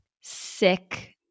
sick